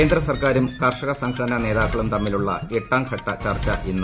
കേന്ദ്ര സർക്കാരും കർഷ്ടക് സംഘടനാ നേതാക്കളും തമ്മിലുള്ള എട്ടാംഘട്ട ചർച്ച ഇന്ന്